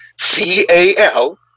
C-A-L